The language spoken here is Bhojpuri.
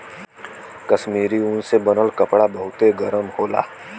कश्मीरी ऊन से बनल कपड़ा बहुते गरम होला